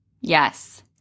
Yes